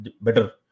better